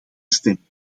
stemming